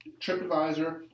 TripAdvisor